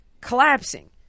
collapsing